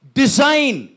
design